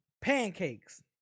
Pancakes